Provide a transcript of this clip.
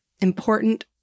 Important